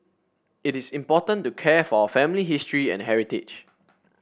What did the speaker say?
it's important to care for our family history and heritage